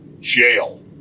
Jail